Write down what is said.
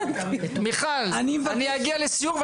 מיכל, אגיע לסיור.